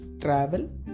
travel